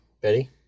Betty